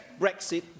Brexit